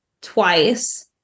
twice